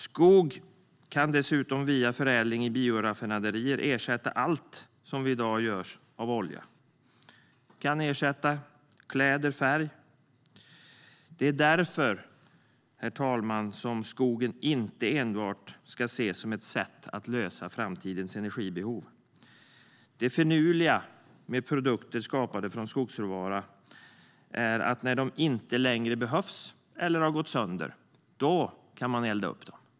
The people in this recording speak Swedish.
Skog kan dessutom via förädling i bioraffinaderier ersätta allt vi i dag gör av olja, till exempel kläder och färg. Herr talman! Det är därför skogen inte enbart ska ses som ett sätt att lösa framtida energibehov. Men det finurliga med produkter skapade från skogsråvara är att de kan eldas upp när de inte längre behövs eller har gått sönder.